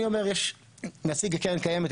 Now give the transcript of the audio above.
אני אומר שיש נציג לקרן קיימת,